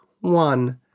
one